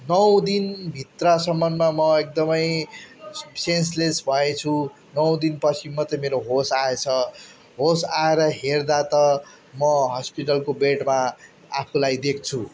नौ दिन भित्रसम्ममा म एकदम सेन्स लेस भएछु नौ दिन पछि मात्रै मेरो होस आएछ होस आएर हेर्दा त म हस्पिटलको बेडमा आफूलाई देख्छु